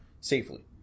safely